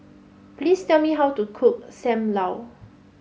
please tell me how to cook Sam Lau